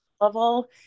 level